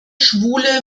schwule